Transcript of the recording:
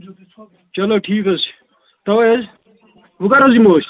چلو ٹھیٖک حظ چھُ تَوَے حظ وۅنۍ کر حظ یِمو أسۍ